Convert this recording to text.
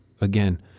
again